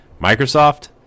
microsoft